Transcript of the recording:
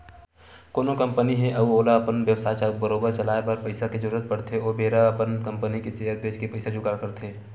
कोनो कंपनी हे अउ ओला अपन बेवसाय बरोबर चलाए बर पइसा के जरुरत पड़थे ओ बेरा अपन कंपनी के सेयर बेंच के पइसा जुगाड़ करथे